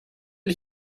did